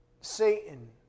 Satan